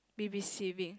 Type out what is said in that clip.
be receiving